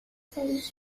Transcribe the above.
saves